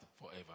forever